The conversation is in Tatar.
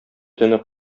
төне